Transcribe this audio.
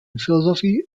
philosophy